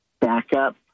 backup